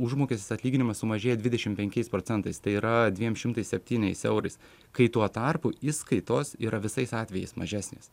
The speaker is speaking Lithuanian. užmokestis atlyginimas sumažėja dvidešim penkiais procentais tai yra dviem šimtais septyniais eurais kai tuo tarpu išskaitos yra visais atvejais mažesnės